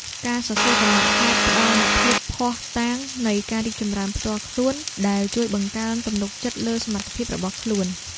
ការសរសេរកំណត់ហេតុផ្ដល់នូវភស្តុតាងនៃការរីកចម្រើនផ្ទាល់ខ្លួន ដែលជួយបង្កើនទំនុកចិត្តលើសមត្ថភាពរបស់ខ្លួន។